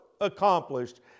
accomplished